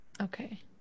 Okay